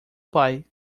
pai